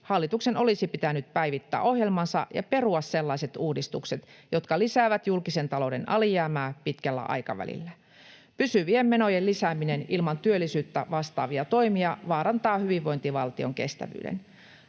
hallituksen olisi pitänyt päivittää ohjelmansa ja perua sellaiset uudistukset, jotka lisäävät julkisen talouden alijäämää pitkällä aikavälillä. Pysyvien menojen lisääminen ilman työllisyyttä vahvistavia toimia vaarantaa hyvinvointivaltion kestävyyden.